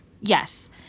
Yes